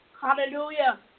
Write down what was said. Hallelujah